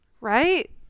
Right